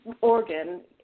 organ